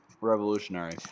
revolutionary